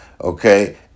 okay